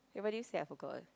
everybody say I forgot